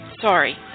Sorry